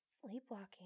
sleepwalking